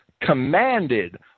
commanded